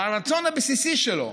או הרצון הבסיסי שלו,